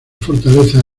fortaleza